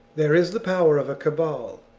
there is the power of a cabal,